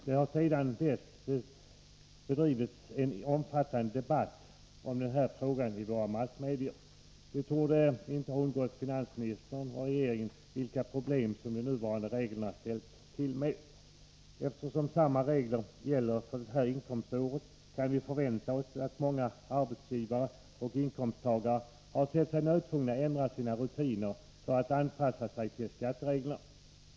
Det har sedan dess bedrivits en omfattande debatt om den här frågan i våra massmedier. Det torde inte heller ha undgått finansministern och regeringen vilka problem som de nuvarande reglerna ställt till med. Eftersom samma regler gäller för det här inkomståret, kan vi förvänta oss att många arbetsgivare och inkomsttagare har sett sig nödtvungna att ändra Nr 23 sina rutiner för att anpassa sig till skattereglerna.